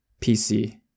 PC